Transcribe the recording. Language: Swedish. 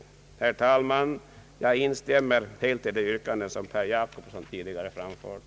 Herr talman! Jag instämmer helt i de yrkanden som herr Per Jacobsson tidigare framfört.